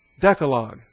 Decalogue